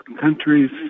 countries